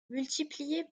multiplié